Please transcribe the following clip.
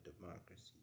democracy